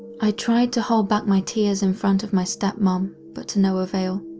i tried to hold back my tears in front of my step-mom but to no avail.